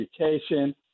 education